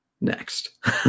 Next